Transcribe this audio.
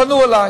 פנו אלי